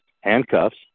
handcuffs